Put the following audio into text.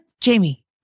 Jamie